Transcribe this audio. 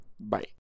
Bye